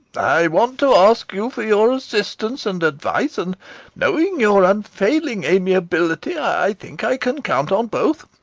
i want to ask you for your assistance and advice, and knowing your unfailing amiability i think i can count on both.